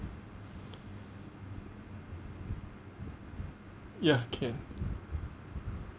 ya can